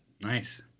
Nice